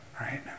Right